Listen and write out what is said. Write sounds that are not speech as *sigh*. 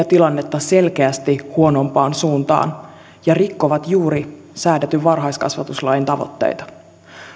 *unintelligible* tilannetta selkeästi huonompaan suuntaan ja rikkovat juuri säädetyn varhaiskasvatuslain tavoitteita